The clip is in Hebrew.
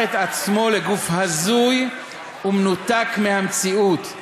את עצמו לגוף הזוי ומנותק מהמציאות,